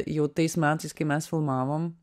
jau tais metais kai mes filmavom